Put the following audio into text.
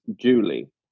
Julie